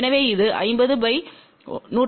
எனவே அது 50150 13